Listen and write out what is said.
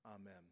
Amen